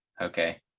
Okay